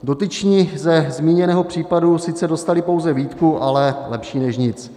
Dotyční ze zmíněného případu sice dostali pouze výtku, ale lepší než nic.